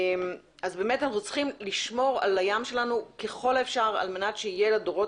אנחנו צריכים לשמור על הים שלנו ככל האפשר על מנת שתהיה לדורות